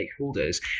stakeholders